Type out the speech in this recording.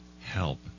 help